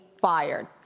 fired